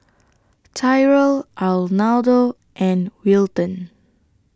Tyrel Arnoldo and Wilton